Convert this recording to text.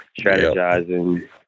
strategizing